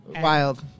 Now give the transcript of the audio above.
wild